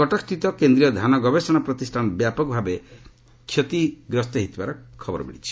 କଟକସ୍ଥିତ କେନ୍ଦ୍ରୀୟ ଧାନ ଗବେଷଣା ପ୍ରତିଷ୍ଠାନ ବ୍ୟାପକ ଭାବେ କ୍ଷତିଗ୍ରସ୍ତ ହୋଇଛି